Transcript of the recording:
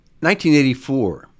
1984